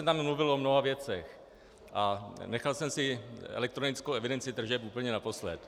Já jsem tam mluvil o mnoha věcech a nechal jsem si elektronickou evidenci tržeb úplně naposled.